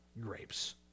grapes